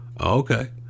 okay